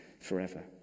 forever